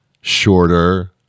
shorter